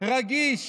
רגיש